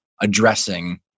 addressing